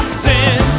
sin